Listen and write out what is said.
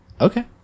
Okay